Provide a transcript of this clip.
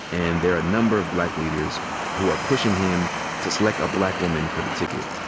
and there are a number of black leaders who are pushing him to select a black woman for the ticket.